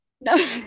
no